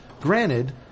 granted